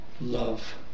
love